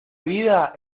vida